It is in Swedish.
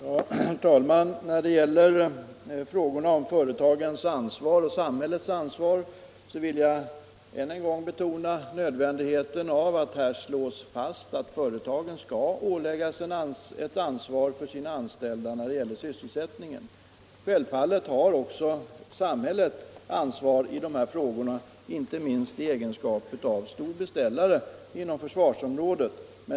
Herr talman! När det gäller frågorna om företagens ansvar och samhällets ansvar vill jag än en gång betona nödvändigheten av att här slås fast att företagen skall åläggas ett ansvar för sina anställda när det gäller sysselsättningen. Självfallet har också samhället ansvar i de frågorna, inte minst i egenskap av stor beställare inom försvarsområdet.